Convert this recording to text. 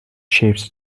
shapes